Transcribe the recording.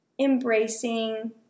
embracing